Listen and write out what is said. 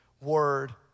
Word